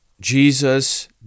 Jesus